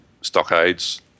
stockades